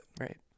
Right